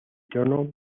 trono